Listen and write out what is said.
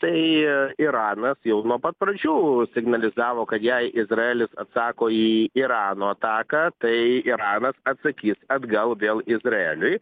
tai iranas jau nuo pat pradžių signalizavo kad jei izraelis atsako į irano ataką tai iranas atsakys atgal vėl izraeliui